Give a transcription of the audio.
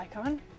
icon